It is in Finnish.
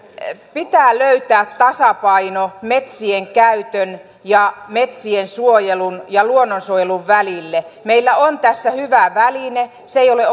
pitää löytää tasapaino metsien käytön ja metsien suojelun ja luonnonsuojelun välille meillä on tässä hyvä väline se ei ole